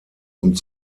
und